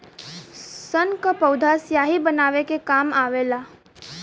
सन क पौधा स्याही बनवले के काम मे आवेला